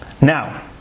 Now